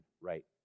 right